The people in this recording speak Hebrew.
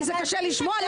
איך זה קשור לשאלה?